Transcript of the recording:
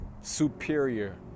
superior